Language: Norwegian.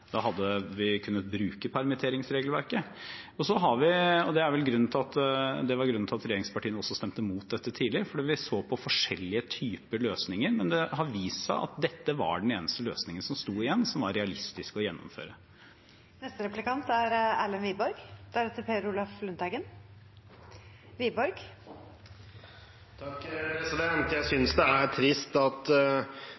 vi kunnet bruke permitteringsregelverket. Grunnen til at regjeringspartiene også stemte mot dette tidlig, var at vi så på forskjellige typer løsninger. Men det har vist seg at dette var den eneste løsningen som sto igjen som realistisk å gjennomføre. Jeg synes det er